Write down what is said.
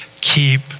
keep